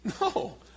No